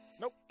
Nope